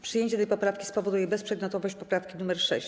Przyjęcie tej poprawki spowoduje bezprzedmiotowość poprawki nr 6.